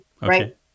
right